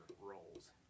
roles